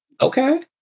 Okay